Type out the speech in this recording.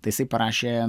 tai jisai parašė